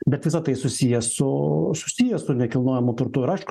bet visa tai susiję su susiję su nekilnojamu turtu ir aišku